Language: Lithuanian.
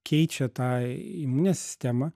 keičia tą imunę sistemą